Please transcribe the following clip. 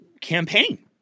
campaign